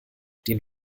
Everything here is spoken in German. den